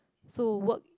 so work